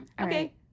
Okay